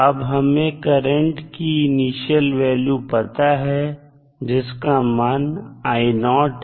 अब हमें करंट की इनिशियल वैल्यू पता है जिसका मान है